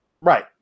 Right